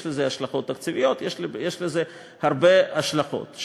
יש לזה השלכות תקציביות, ויש לזה הרבה השלכות.